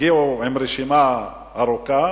הגיעו עם רשימה ארוכה